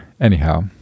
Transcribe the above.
anyhow